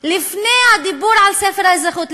לפני הדיבור על ספר האזרחות,